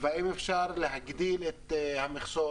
והאם אפשר להגדיל את המכסות.